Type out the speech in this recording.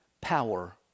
power